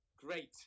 Great